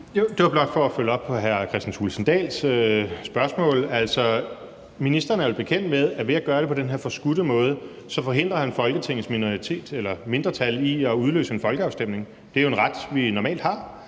Det var blot for at følge op på hr. Kristian Thulesen Dahls spørgsmål. Altså, ministeren er vel bekendt med, at han ved at gøre det på den her forskudte måde forhindrer Folketingets minoritet eller mindretal i at udløse en folkeafstemning. Det er jo en ret, vi normalt har.